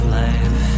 life